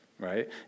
right